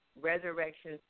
Resurrection